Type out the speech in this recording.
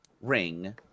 ring